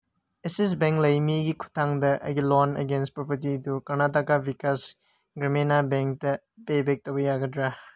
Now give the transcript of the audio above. axis bank ꯂꯥꯏꯃꯤꯒꯤ ꯈꯨꯠꯊꯥꯡꯗ ꯑꯩꯒꯤ ꯂꯣꯟ ꯑꯦꯒꯦꯟꯁ ꯄ꯭ꯔꯣꯄꯔꯇꯤꯗꯨ ꯀꯔꯅꯇꯀꯥ ꯚꯤꯀꯥꯁ ꯒ꯭ꯔꯥꯃꯤꯅꯥ ꯕꯦꯡꯇ ꯄꯦꯕꯦꯛ ꯇꯧꯕ ꯌꯥꯒꯗ꯭ꯔꯥ